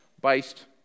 based